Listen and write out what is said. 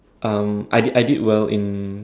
um I did I did well in